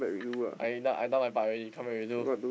I done I done my part already come and redo